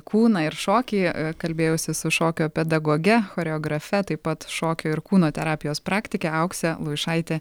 kūną ir šokį kalbėjausi su šokio pedagoge choreografe taip pat šokio ir kūno terapijos praktike aukse luišaite